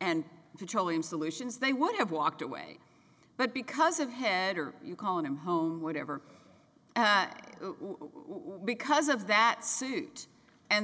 and petroleum solutions they would have walked away but because of head are you calling them home whatever because of that suit and